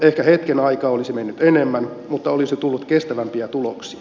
ehkä hetken aikaa olisi mennyt enemmän mutta olisi tullut kestävämpiä tuloksia